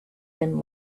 been